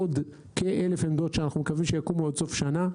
עוד כ-1,000 עמדות שאנחנו מקווים שיקומו עד סוף שנה,